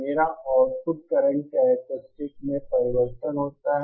मेरा output current characteristic में परिवर्तन होता है